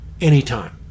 anytime